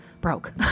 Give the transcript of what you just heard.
broke